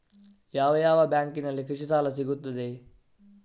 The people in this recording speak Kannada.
ಯಾವ ಯಾವ ಬ್ಯಾಂಕಿನಲ್ಲಿ ಕೃಷಿ ಸಾಲ ಸಿಗುತ್ತದೆ?